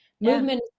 Movement